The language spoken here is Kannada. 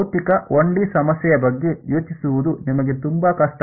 ಭೌತಿಕ 1 ಡಿ ಸಮಸ್ಯೆಯ ಬಗ್ಗೆ ಯೋಚಿಸುವುದು ನಿಮಗೆ ತುಂಬಾ ಕಷ್ಟ